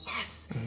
yes